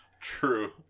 True